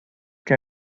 que